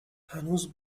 هنوزم